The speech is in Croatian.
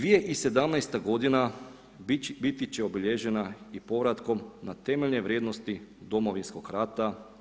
2017. godina biti će obilježena i povratkom na temeljne vrijednosti Domovinskog rata.